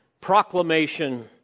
proclamation